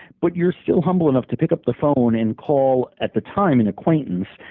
but you're still humble enough to pick up the phone and call, at the time, an acquaintance,